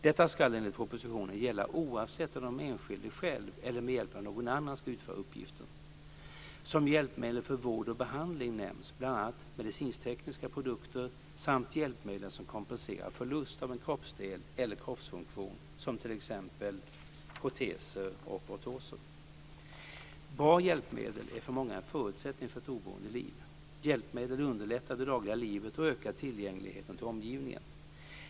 Detta ska enligt propositionen gälla oavsett om den enskilde själv eller med hjälp av någon annan ska utföra uppgiften. Som hjälpmedel för vård och behandling nämns bl.a. medicinsktekniska produkter samt hjälpmedel som kompenserar förlust av en kroppsdel eller kroppsfunktion som t.ex. proteser och ortoser. Bra hjälpmedel är för många en förutsättning för ett oberoende liv. Hjälpmedlen underlättar det dagliga livet och ökar tillgängligheten till omgivningen.